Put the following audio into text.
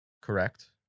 Correct